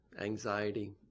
anxiety